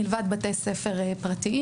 מלבד בתי ספר פרטיים,